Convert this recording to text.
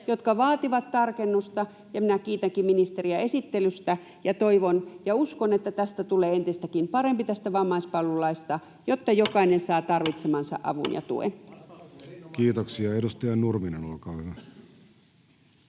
jotka vaativat tarkennusta, ja minä kiitänkin ministeriä esittelystä ja toivon ja uskon, että tästä vammaispalvelulaista tulee entistäkin parempi, jotta jokainen saa tarvitsemansa avun ja tuen. Kiitoksia. — Edustaja Nurminen, olkaa hyvä.